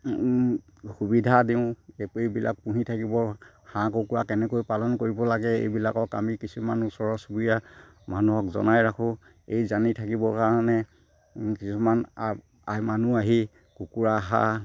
সুবিধা দিওঁ এইবিলাক পুহি থাকিব হাঁহ কুকুৰা কেনেকৈ পালন কৰিব লাগে এইবিলাকক আমি কিছুমান ওচৰ চুবুৰীয়া মানুহক জনাই ৰাখোঁ এই জানি থাকিবৰ কাৰণে কিছুমান মানুহ আহি কুকুৰা হাঁহ